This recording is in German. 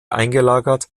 eingelagert